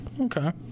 Okay